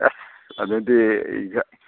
ꯑꯦꯁ ꯑꯗꯨꯗꯤ